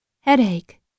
headache